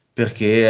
perché